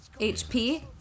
HP